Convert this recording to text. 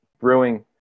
brewing